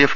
F